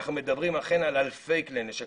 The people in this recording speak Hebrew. אנחנו מדברים אכן על אלפי כלי נשק,